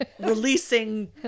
releasing